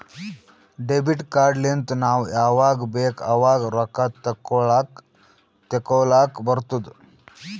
debit card ಲಿಂತ್ ನಾವ್ ಯಾವಾಗ್ ಬೇಕ್ ಆವಾಗ್ ರೊಕ್ಕಾ ತೆಕ್ಕೋಲಾಕ್ ತೇಕೊಲಾಕ್ ಬರ್ತುದ್